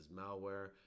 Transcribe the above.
malware